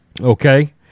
Okay